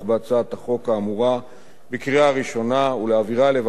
החוק האמורה בקריאה ראשונה ולהעבירה לוועדת החוקה,